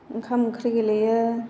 ओंखाम ओंख्रि गेलेयो